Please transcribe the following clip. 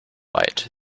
light